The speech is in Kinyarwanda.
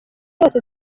byose